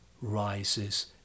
rises